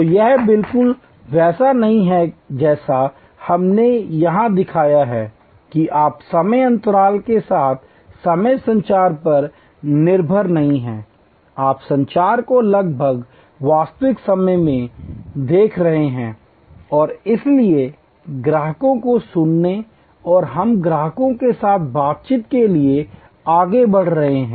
तो यह बिल्कुल वैसा नहीं है जैसा हमने यहां दिखाया है कि आप समय अंतराल के साथ समय संचार पर निर्भर नहीं हैं आप संचार को लगभग वास्तविक समय में देख रहे हैं और इसलिए ग्राहकों को सुनने से हम ग्राहकों के साथ बातचीत के लिए आगे बढ़ रहे हैं